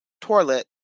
toilet